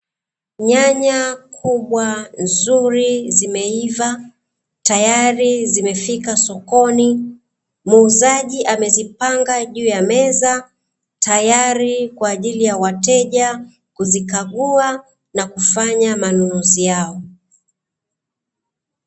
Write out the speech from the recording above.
Nyanya kubwa nzuri zimeiva, tayari zimefika sokoni, muuzaji amezipanga juu ya meza, tayari kwa ajili ya wateja kuzikagua na kufanya manunuzi yao.